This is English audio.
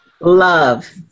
Love